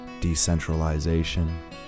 decentralization